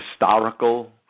historical